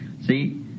See